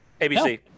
ABC